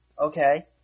Okay